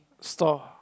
stall